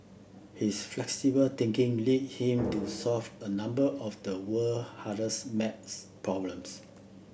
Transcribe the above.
his flexible thinking lead him to solve a number of the world hardest math problems